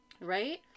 right